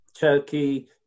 Turkey